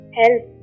help